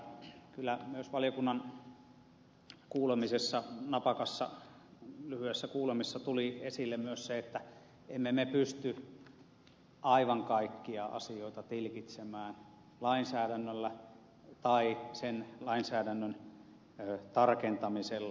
täytyy todeta että kyllä myös valiokunnan kuulemisessa napakassa lyhyessä kuulemisessa tuli esille myös se että emme me pysty aivan kaikkia asioita tilkitsemään lainsäädännöllä tai sen lainsäädännön tarkentamisella